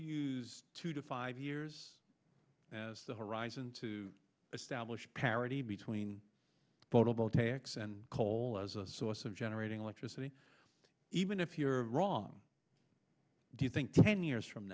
use two to five years as the horizon to establish parity between photovoltaics and coal as a source of generating electricity even if you're wrong do you think ten years from